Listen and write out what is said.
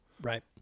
Right